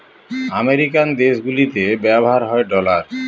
American দেশগুলিতে ব্যবহার হয় ডলার